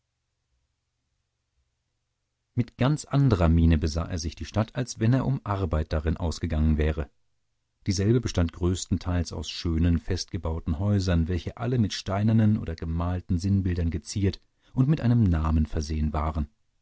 mit ganz anderer miene besah er sich die stadt als wenn er um arbeit darin ausgegangen wäre dieselbe bestand größtenteils aus schönen festgebauten häusern welche alle mit steinernen oder gemalten sinnbildern geziert und mit einem namen versehen waren